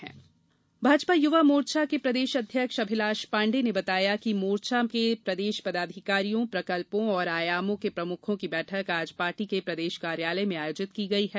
भाजपा युवा मोर्चा बैठक भाजपा युवा मोर्चा के प्रदेश अध्यक्ष अभिलाष पाण्डे ने बताया कि मोर्चा के प्रदेश पदाधिकारियों प्रकल्पों एवं आयामों के प्रमुखों की बैठक आज पार्टी के प्रदेश कार्यालय में आयोजित की गयी है